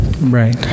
Right